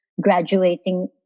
graduating